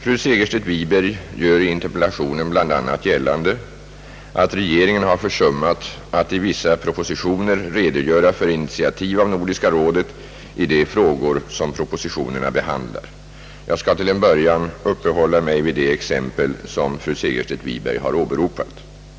Fru Segerstedt Wiberg gör i interpellationen bl.a. gällande att regeringen har försummat att i vissa propositioner redogöra för initiativ av Nordiska rådet i de frågor som propositionerna behandlar. Jag skall till en början uppehålla mig vid de exempel som fru Segerstedt Wiberg har åberopat.